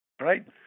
right